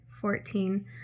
Fourteen